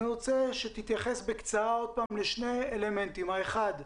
אני רוצה שתתייחס בקצרה לשני אלמנטים: האחד,